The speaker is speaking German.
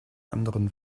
anderen